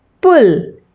pull